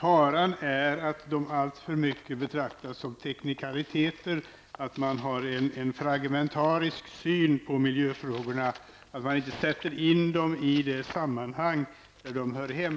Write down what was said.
finns att dessa frågor allför mycket betraktas som teknikaliteter -- dvs. att man har en fragmentarisk syn på miljöfrågorna och att man inte sätter in dem i det sammanhang där de hör hemma.